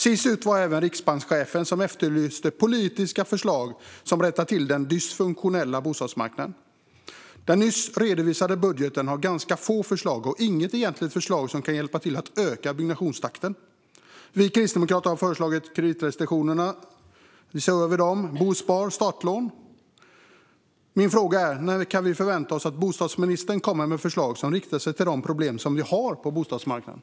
Sist ut var riksbankschefen, som efterlyste politiska förslag som ska rätta till den dysfunktionella bostadsmarknaden. Den nyss redovisade budgeten har ganska få förslag om detta, och inget egentligt förslag som kan hjälpa till att öka byggnationstakten. Kristdemokraterna har föreslagit att man ska se över kreditrestriktionerna. Vi har också förslag om bosparande och startlån. När kan vi förvänta oss att bostadsministern kommer med förslag som riktar sig till de problem som finns på bostadsmarknaden?